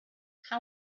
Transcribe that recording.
how